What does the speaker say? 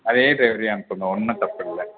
அதே டிரைவரையே அனுப்புங்க ஒன்றும் தப்பு இல்லை